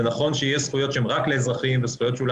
זה נכון שיש זכויות שהן רק לאזרחים וזכויות שהן